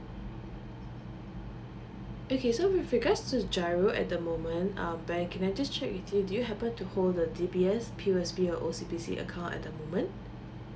okay so with regards to giro at the moment um ben can I just check with you do you happen to hold the D_B_S P_O_S_B or O_C_B_C account at the moment